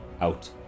out